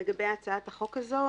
לגבי הצעת החוק הזאת.